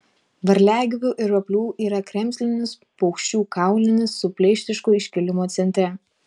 varliagyvių ir roplių yra kremzlinis paukščių kaulinis su pleištišku iškilimu centre